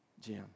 Jim